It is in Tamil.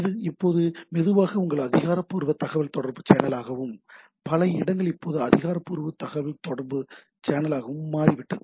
இது இப்போது மெதுவாக உங்கள் அதிகாரப்பூர்வ தகவல்தொடர்பு சேனலாகவும் பல இடங்கள் இப்போது அதிகாரப்பூர்வ தகவல்தொடர்பு சேனலாகவும் மாறிவிட்டது